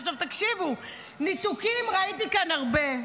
עכשיו, תקשיבו, ניתוקים ראיתי כאן הרבה.